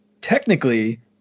technically